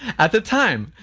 at the time!